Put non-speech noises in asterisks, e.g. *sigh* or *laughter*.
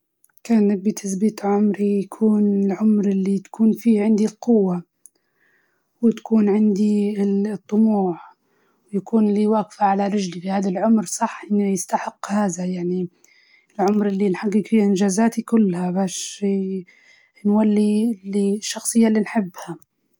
العمر الخمسة، خمسة وعشرين لإن العمر هذا يكون في عندك قوة وطموح، وهو العمراللي *hesitation* تكون تعلمت فيه من أغلاطك، وتعلمت فيه من مراهقتك، في عمر خمسة وعشرين الإنسان يكون شوية ناضج ،ويعرف الصح من الغلط، ويعرف يتصرف.